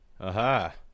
Aha